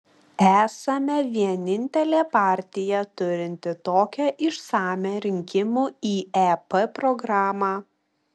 esame vienintelė partija turinti tokią išsamią rinkimų į ep programą